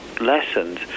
lessened